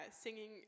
singing